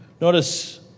notice